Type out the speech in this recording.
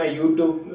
YouTube